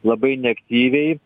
labai neaktyviai